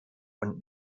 und